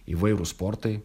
įvairūs sportai